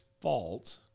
fault